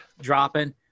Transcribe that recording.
dropping